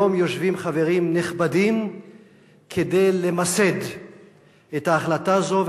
היום יושבים חברים נכבדים כדי למסד את ההחלטה הזו,